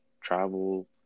travel